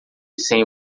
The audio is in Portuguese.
sem